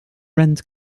rent